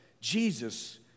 Jesus